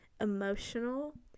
emotional